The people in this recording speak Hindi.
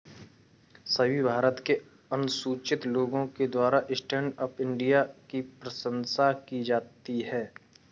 सभी भारत के अनुसूचित लोगों के द्वारा स्टैण्ड अप इंडिया की प्रशंसा की जाती है